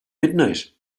midnight